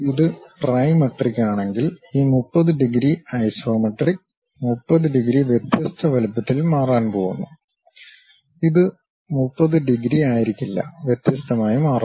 ഇത് ട്രൈമെട്രിക് ആണെങ്കിൽ ഈ 30 ഡിഗ്രി ഐസോമെട്രിക് 30 ഡിഗ്രി വ്യത്യസ്ത വലുപ്പത്തിൽ മാറാൻ പോകുന്നു ഇത് 30 ഡിഗ്രി ആയിരിക്കില്ല വ്യത്യസ്തമായി മാറുന്നു